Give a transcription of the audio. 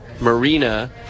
Marina